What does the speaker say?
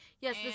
Yes